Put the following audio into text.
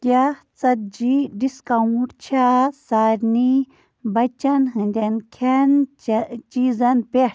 کیٛاہ ژتجی ڈِسکاوُنٛٹ چھا سارنٕے بَچن ہٕنٛدٮ۪ن کھٮ۪ن چے چیٖزن پٮ۪ٹھ